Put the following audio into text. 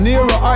Nero